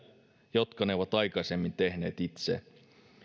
jotka ne ovat aikaisemmin tehneet itse